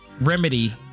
remedy